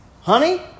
Honey